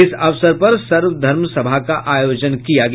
इस अवसर पर सर्वधर्म सभा का आयोजन किया गया